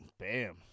Bam